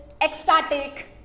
ecstatic